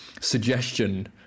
suggestion